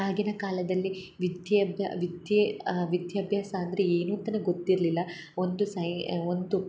ಆಗಿನ ಕಾಲದಲ್ಲಿ ವಿದ್ಯೆ ವಿದ್ಯೆ ವಿದ್ಯಾಭ್ಯಾಸ ಅಂದರೆ ಏನು ಅಂತನೆ ಗೊತ್ತಿರಲಿಲ್ಲ ಒಂದು ಸೈ ಒಂದು